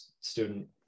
student